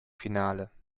finale